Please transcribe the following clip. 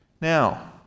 Now